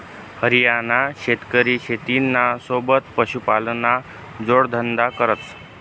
हरियाणाना शेतकरी शेतीना सोबत पशुपालनना जोडधंदा करस